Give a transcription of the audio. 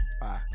Bye